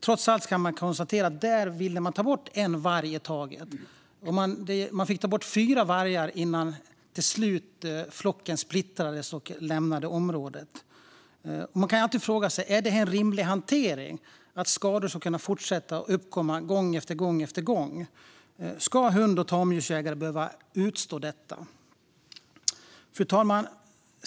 Trots allt kan man konstatera att där ville de ta bort en varg i taget, och de fick ta bort fyra vargar innan flocken till slut splittrades och lämnade området. Man kan alltid fråga sig om det är en rimlig hantering att skador ska kunna fortsätta att uppkomma gång efter gång. Ska hund och tamdjurs-ägare behöva utstå detta?